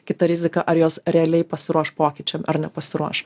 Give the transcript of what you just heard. kita rizika ar jos realiai pasiruoš pokyčiam ar nepasiruoš